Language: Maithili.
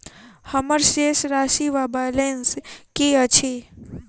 हम्मर शेष राशि वा बैलेंस की अछि?